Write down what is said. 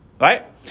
right